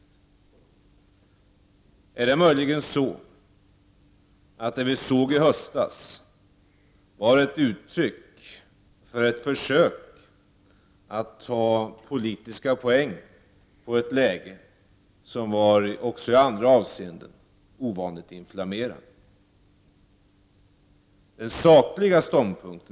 Eller är det möjligen så, att det vi såg i höstas var ett uttryck för ett försök att ta politiska poäng på ett läge som också i andra avseenden var ovanligt inflammerat?